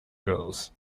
girls